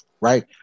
Right